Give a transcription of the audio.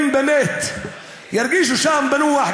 אם באמת ירגישו שם בנוח,